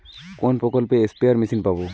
কোন প্রকল্পে spare machine পাব?